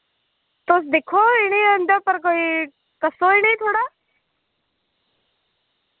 तुस दिक्खो इन्हें इं'दे उप्पर कोई कस्सो इन्हें ई थोह्ड़ा